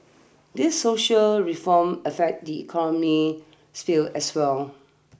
these social reforms affect the economic sphere as well